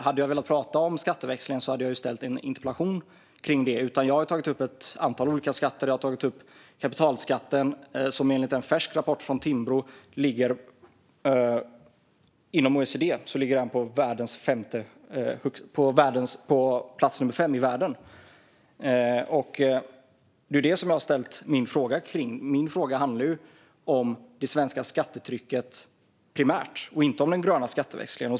Hade jag velat tala om skatteväxlingen hade jag ställt en interpellation om det. Jag har tagit upp ett antal olika skatter. Jag har tagit upp kapitalskatten, som enligt en färsk rapport från Timbro ligger på plats nummer fem inom OECD. Det är vad jag har ställt min fråga om. Min fråga handlar primärt om det svenska skattetrycket och inte om den gröna skatteväxlingen.